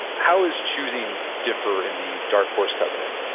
how is choosing differ in the dark horse covenant?